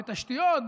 בתשתיות,